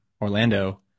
Orlando